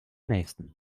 nähesten